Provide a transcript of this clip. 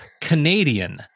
canadian